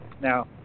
now